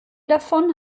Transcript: davon